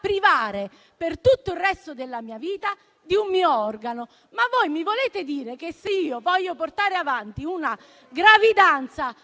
privare per tutto il resto della mia vita di un mio organo, ma voi mi volete dire che se io voglio portare avanti una gravidanza